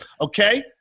Okay